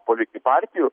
politi partijų